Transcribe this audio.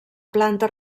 planta